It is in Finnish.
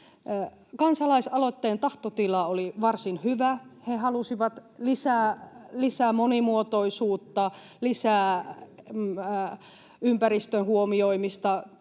Kansalaisaloitteen tahtotila oli varsin hyvä. He halusivat lisää monimuotoisuutta, lisää ympäristön huomioimista,